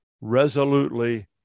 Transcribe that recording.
resolutely